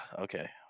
Okay